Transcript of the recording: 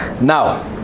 Now